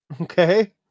Okay